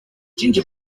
ginger